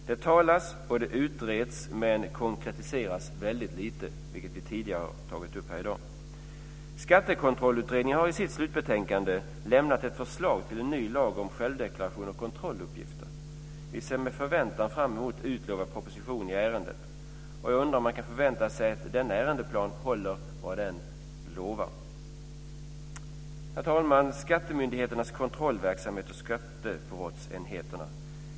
Det talas och utreds men konkretiseras väldigt lite, vilket vi har tagit upp tidigare här i dag. Skattekontrollutredningen har i sitt slutbetänkande lämnat ett förslag till en ny lag om självdeklarationer och kontrolluppgifter. Vi ser med förväntan fram emot utlovad proposition i ärendet. Jag undrar om man kan förvänta sig att denna ärendeplan håller vad den lovar. Herr talman! Så till skattemyndigheternas kontrollverksamhet och skattebrottsenheterna.